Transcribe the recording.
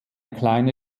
kleine